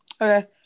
okay